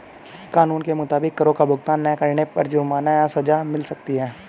कानून के मुताबिक, करो का भुगतान ना करने पर जुर्माना या सज़ा मिल सकती है